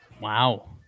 Wow